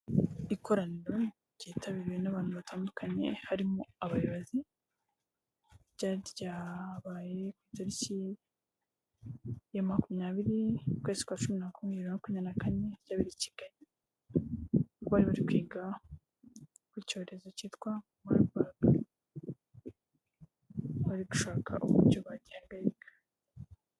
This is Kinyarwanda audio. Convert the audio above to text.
Ikoraniro ryitabiriwe n'abantu batandukanye, harimo abayobozi, ryari ryabaye ku itariki ya makumyabiri ukwezi kwa cumi na kumwe, bibiri na makumyabiri na kane, ryabereye i Kigali, bari bari kwiga ku cyorezo cyitwa Marburg, bari gushaka uburyo bagihagarika.